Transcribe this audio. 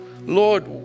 Lord